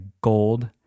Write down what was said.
gold